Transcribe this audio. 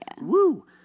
Woo